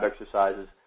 exercises